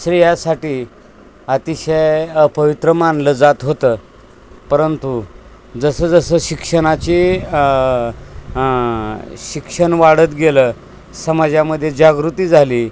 स्त्रियासाठी अतिशय अपवित्र मानलं जात होतं परंतु जसंजसं शिक्षणाची शिक्षण वाढत गेलं समाजामध्ये जागृती झाली